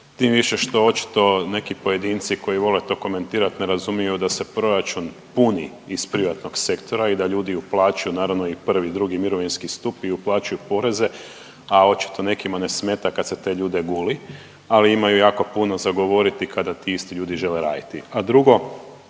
tim više što očito neki pojedinci koji vole to komentirati ne razumiju da se proračun puni iz privatnog sektora i da ljudi uplaćuju naravno i prvi i drugi mirovinski stup i uplaćuju poreze, a očito nekima ne smeta kad se te ljude guli. Ali imaju jako puno za govoriti kada ti isti ljudi žele raditi. A drugo